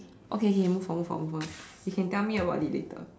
okay okay move on move on move on you can tell me about it later